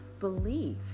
Belief